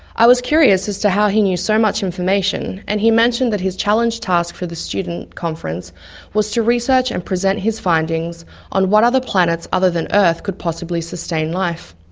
i was curious as to how he knew so much information, and he mentioned that his challenge task for the student conference was to research and present his findings on what other planets other than earth could possibly sustain life.